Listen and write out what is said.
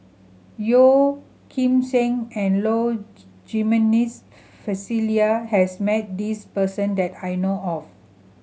Yeo Kim Seng and Low Jimenez Felicia has met this person that I know of